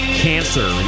cancer